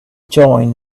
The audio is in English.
join